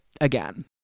again